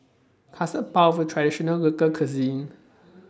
Custard Puff IS A Traditional Local Cuisine